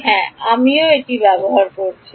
হ্যাঁ আমিও এটি ব্যবহার করছি